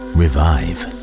revive